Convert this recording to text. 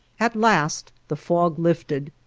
at last the fog lifted,